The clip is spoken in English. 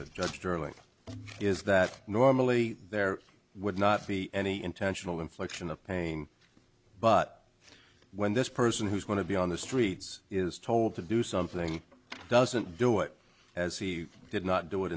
just earlier is that normally there would not be any intentional infliction of pain but when this person who's going to be on the streets is told to do something doesn't do it as he did not do it